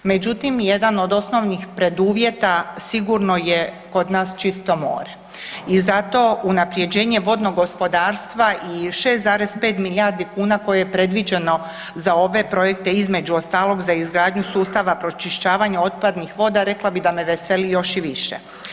Međutim, jedan od osnovnih preduvjeta sigurno je kod nas čisto more i zato unapređenje vodnog gospodarstva i 6,5 milijardi kuna koje je predviđeno za ove projekte između ostalog za izgradnju sustava pročišćavanja otpadnih voda, rekla bih da me veseli još i više.